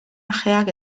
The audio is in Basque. ajeak